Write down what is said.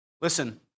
Listen